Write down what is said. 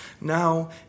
now